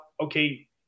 okay